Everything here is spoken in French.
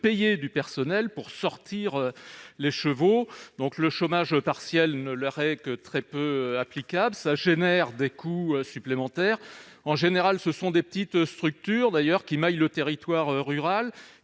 payer du personnel pour s'en charger, et le chômage partiel ne leur est que très peu applicable, d'où des coûts supplémentaires. En général, ce sont de petites structures, qui maillent le territoire rural,